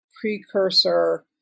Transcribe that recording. precursor